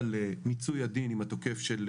יותר נוכחת בבתי החולים היא תופעת קיצון,